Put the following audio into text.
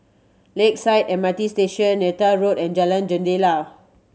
Lakeside M R T Station Neythai Road and Jalan Jendela